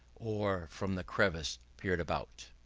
or from the crevice peered about.